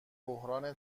بحران